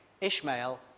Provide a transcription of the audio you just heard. Ishmael